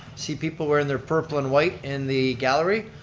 see people wearin' their purple and white in the gallery.